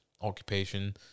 occupation